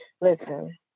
listen